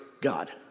God